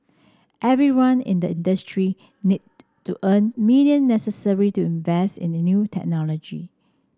everyone in the industry need to earn billion necessary to invest in the new technology